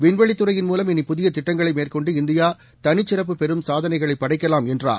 விண்வெளித் துறையின் மூலம் இனி புதிய திட்டங்களை மேற்கொண்டு இந்தியா தனிச்சிறப்பு பெறும் சாதனைகளைப் படைக்கலாம் என்றார்